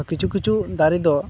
ᱠᱤᱪᱷᱩ ᱠᱤᱪᱷᱩ ᱫᱟᱨᱮ ᱫᱚ